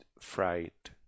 fright